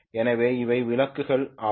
எனவே இவை விளக்குகள் ஆகும்